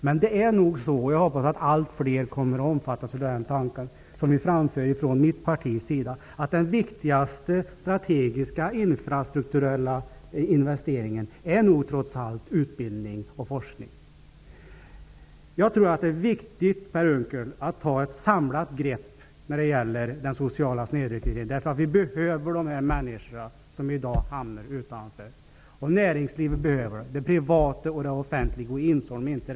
Men det är nog så -- jag hoppas att allt fler kommer att omfattas av den tanke som mitt parti framfört -- att den viktigaste strategiska infrastrukturella investeringen är utbildning och forskning. Jag tror att det är viktigt, Per Unckel, att ta ett samlat grepp när det gäller den sociala snedrekryteringen, därför att vi behöver de människor som i dag hamnar utanför. Näringslivet, både det privata och det offentliga, behöver dessa människor.